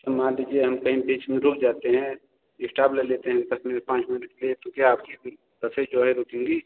जैसे मान लीजिए हम कहीं बीच में रुक जाते हैं इस्टाप ले लेते हैं दस मिनट पाँच मिनट के लिए तो क्या आपकी बसें जो है रुकेंगी